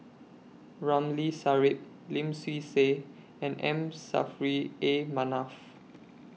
Ramli Sarip Lim Swee Say and M Saffri A Manaf